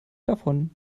davon